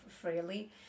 freely